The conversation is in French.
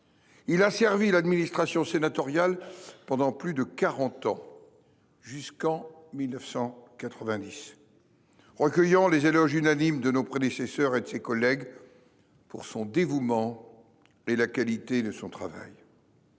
Il a servi l'administration sénatoriale pendant plus de 40 ans. Jusqu'en 1990. Recueillant les éloges unanimes de nos prédécesseurs et de ses collègues. Pour son dévouement et la qualité de son travail.